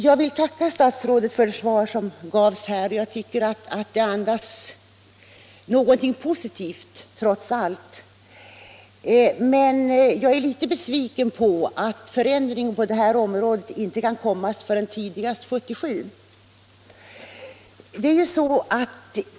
Jag vill tacka statsrådet för det svar som gavs, och jag tycker att det andas någonting positivt, trots allt. Men jag är litet besviken över att en förändring på detta område inte kan komma förrän tidigast 1977.